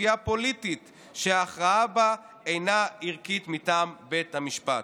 סוגיה פוליטית שההכרעה בה אינה ערכית מטעם בית המשפט.